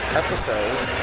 episodes